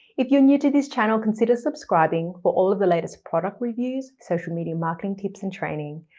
if you're new to this channel, consider subscribing for all of the latest product reviews, social media marketing tips and training.